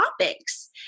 topics